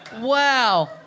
Wow